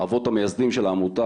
אבות המייסדים של העמותה,